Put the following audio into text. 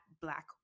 black